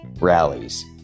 rallies